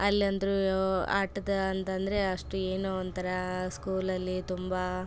ಅಲ್ಲಿ ಅಂದ್ರೆ ಆಟದ ಅಂತಂದರೆ ಅಷ್ಟು ಏನೋ ಒಂಥರ ಸ್ಕೂಲಲ್ಲಿ ತುಂಬ